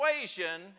persuasion